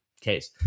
case